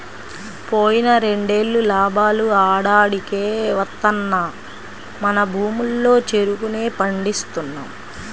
పోయిన రెండేళ్ళు లాభాలు ఆడాడికే వత్తన్నా మన భూముల్లో చెరుకునే పండిస్తున్నాం